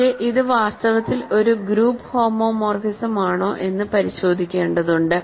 പക്ഷേ ഇത് വാസ്തവത്തിൽ ഒരു ഗ്രൂപ്പ് ഹോമോമോർഫിസമാണോ എന്ന് പരിശോധിക്കേണ്ടതുണ്ട്